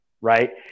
Right